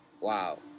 Wow